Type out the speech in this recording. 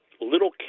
little